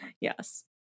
Yes